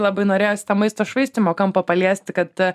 labai norėjosi tą maisto švaistymo kampą paliesti kad a